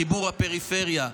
חיבור הפריפריה,